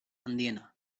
handiena